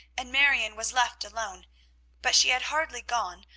and marion was left alone but she had hardly gone,